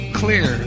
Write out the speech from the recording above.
clear